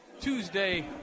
Tuesday